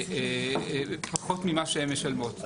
פחות ממה שהן משלמות.